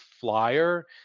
flyer